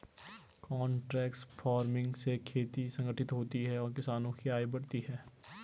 contract farming से खेती संगठित होती है और किसानों की आय बढ़ती है